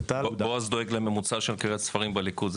בועז דואג לממוצע של קריאת ספרים בליכוד.